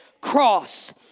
cross